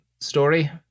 story